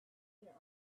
there